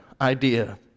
idea